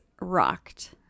rocked